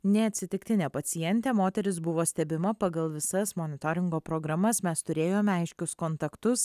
neatsitiktinė pacientė moteris buvo stebima pagal visas monitoringo programas mes turėjome aiškius kontaktus